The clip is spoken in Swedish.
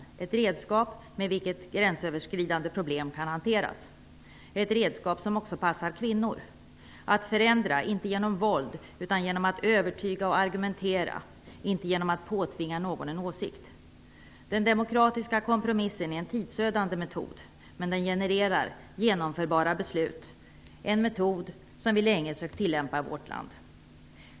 Det är ett redskap med vilket gränsöverskridande problem kan hanteras, ett redskap som också passar kvinnor. Att förändra, inte genom våld, utan genom att övertyga och argumentera, inte genom att påtvinga någon en åsikt. Den demokratiska kompromissen är en tidsödande metod, men den genererar genomförbara beslut. Det är en metod som vi länge sökt tillämpa i vårt land.